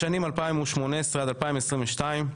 בשנים 2018 עד 2022,